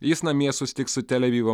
jis namie susitiks su tel avivo